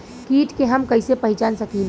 कीट के हम कईसे पहचान सकीला